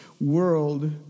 world